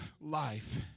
life